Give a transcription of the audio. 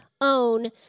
own